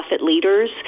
leaders